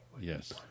Yes